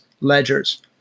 ledgers